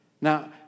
Now